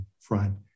front